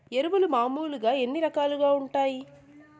ఎరువులు మామూలుగా ఎన్ని రకాలుగా వుంటాయి?